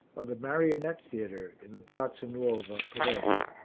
of the marionette theatre, in the piazza nuova, palermo.